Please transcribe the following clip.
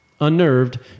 Unnerved